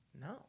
no